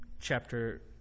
chapter